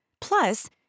Plus